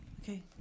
Okay